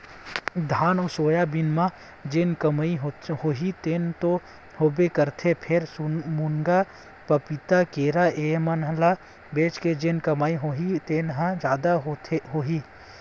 धान अउ सोयाबीन म जेन कमई होही तेन तो होबे करथे फेर, मुनगा, पपीता, केरा ए मन ल बेच के जेन कमई होही तेन ह जादा होही